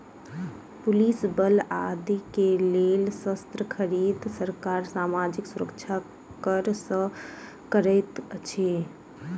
police बल आदि के लेल शस्त्र खरीद, सरकार सामाजिक सुरक्षा कर सँ करैत अछि